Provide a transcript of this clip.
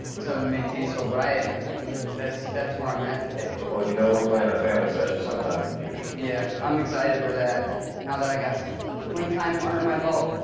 to maintain sobriety. i mean, that's that's where i'm at today. well, you know we planning a family session sometimes in the future. yeah. i'm excited for that. now that i got some clean time under my belt,